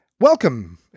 Welcome